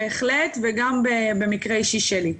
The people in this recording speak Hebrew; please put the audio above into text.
בהחלט, וגם במקרה אישי שלי.